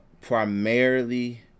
primarily